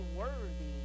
worthy